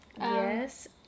Yes